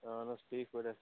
اَہَن حَظ ٹھیٖک پٲٹھٮ۪ن